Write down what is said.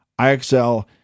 IXL